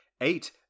Eight